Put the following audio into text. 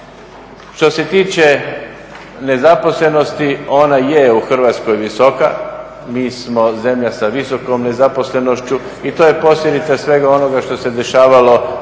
Što se tiče nezaposlenosti, ona je u Hrvatskoj visoka. Mi smo zemlja sa visokom nezaposlenošću i to je posljedica svega onoga što se dešavalo u proteklih